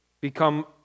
become